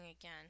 again